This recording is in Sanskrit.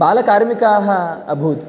बालकार्मिकाः अभूत्